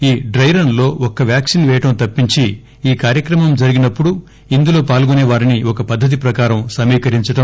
ఈ dry run లో ఒక్క వ్యాక్సిన్ వేయడ తప్పించి ఈ కార్యక్రమం జరిగినప్పుడు ఇందులో పాల్గొనేవారిని ఒక పద్దతి ప్రకారం సమీకరించడం